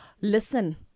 Listen